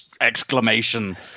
exclamation